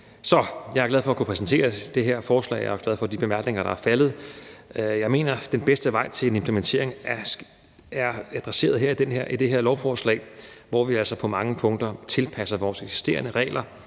jeg er glad for at kunne præsentere det her forslag, og jeg er glad for de bemærkninger, der er faldet. Jeg mener, at den bedste vej til en implementering er adresseret i det her lovforslag, hvori vi altså på mange punkter tilpasser vores eksisterende regler